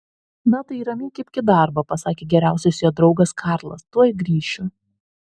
na tai ramiai kibk į darbą pasakė geriausias jo draugas karlas tuoj grįšiu